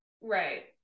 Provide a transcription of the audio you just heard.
Right